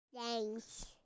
Thanks